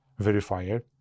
verifier